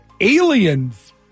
aliens